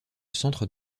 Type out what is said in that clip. centre